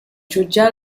jutjar